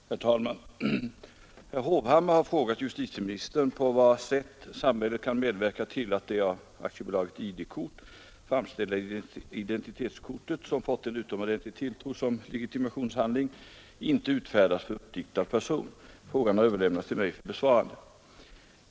Herr talman! Herr Hovhammar har frågat justitieministern på vad sätt samhället kan medverka till att det av AB ID-kort framställda identitetskortet — som fått en utomordentlig tilltro som legitimationshandling — inte utfärdas för uppdiktad person. Frågan har överlämnats till mig för besvarande.